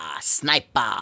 Sniper